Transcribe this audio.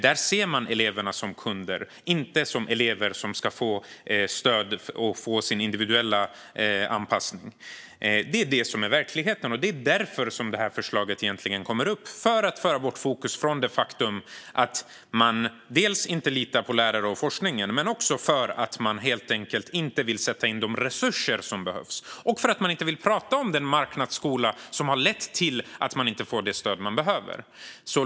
Där ser man eleverna som kunder, inte som elever som ska få stöd och få sin individuella anpassning. Det är detta som är verkligheten, och det är egentligen därför detta förslag kommer upp - för att föra bort fokus från det faktum att man inte litar på lärarna och forskningen och för att man helt enkelt inte vill sätta in de resurser som behövs. Man vill heller inte prata om den marknadsskola som har lett till att elever inte får det stöd de behöver.